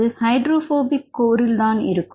அது ஹைட்ரோபோபிக் கோரில் இருக்கும்